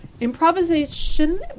Improvisation